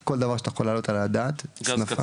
כל דבר שאתה מעלה על הדעת, הסנפה,